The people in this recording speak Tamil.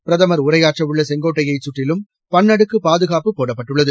பிரதமர் உரையாற்றவுள்ள செங்கோட்டையைச் சுற்றிலும் பன்னடுக்கு பாதுகாப்பு போடப்பட்டுள்ளது